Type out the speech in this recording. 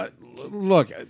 Look